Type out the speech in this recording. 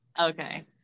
Okay